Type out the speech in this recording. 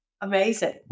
Amazing